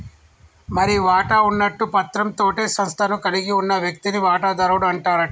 మరి వాటా ఉన్నట్టు పత్రం తోటే సంస్థను కలిగి ఉన్న వ్యక్తిని వాటాదారుడు అంటారట